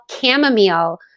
Chamomile